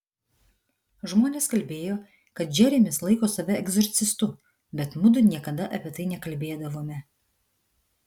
žmonės kalbėjo kad džeremis laiko save egzorcistu bet mudu niekada apie tai nekalbėdavome